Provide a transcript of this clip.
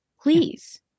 Please